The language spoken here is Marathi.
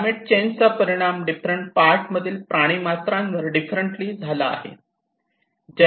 क्लायमेट चेंज चा परिणाम डिफरंट पार्ट मधील प्राणिमात्रांवर डिफरंटली झाला आहे